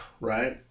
right